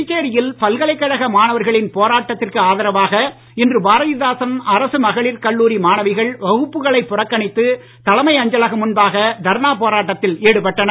புதுச்சேரியில் பல்கலைக்கழக மாணவர்களின் போராட்டத்திற்கு ஆதரவாக இன்று பாரதிதாசன் அரசு மகளிர் கல்லூரி மாணவிகள் வகுப்புகளை புறக்கணித்து தலைமை அஞ்சலகம் முன்பாக தர்ணா போராட்டத்தில் ஈடுபட்டனர்